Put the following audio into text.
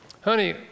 Honey